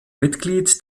mitglied